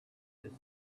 its